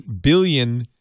billion